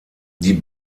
die